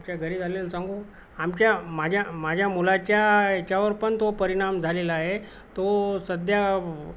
आमच्या घरी झालेल सांगू आमच्या माझ्या माझ्या मुलाच्या याच्यावरपण तो परिणाम झालेला आहे तो सध्या